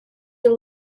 you